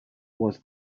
was